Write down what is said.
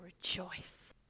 rejoice